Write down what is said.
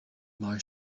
mar